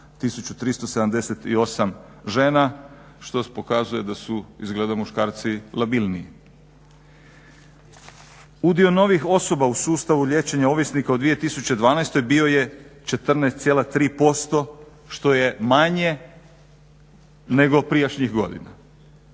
1378 žena što pokazuje da su izgleda muškarci labilniji. Udio novih osoba u sustavu liječenja ovisnika u 2012. bio je 14,3% što je manje nego prijašnjih godina.